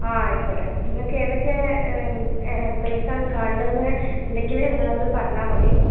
ആ ആയിക്കോട്ടെ നിങ്ങൾക്ക് ഏതൊക്കെ പ്ലേസാണ് കാണേണ്ടത് എന്ന് ഉണ്ടെങ്കിൽ നിങ്ങളത് പറഞ്ഞാൽ മതി